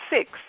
six